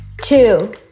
two